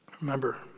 Remember